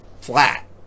flat